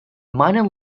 minor